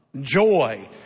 joy